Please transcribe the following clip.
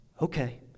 okay